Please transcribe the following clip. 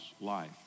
life